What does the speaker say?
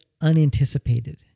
unanticipated